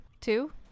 two